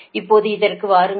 இப்போது இதற்கு வாருங்கள்